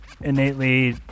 innately